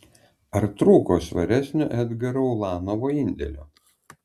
ar trūko svaresnio edgaro ulanovo indėlio